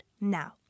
Now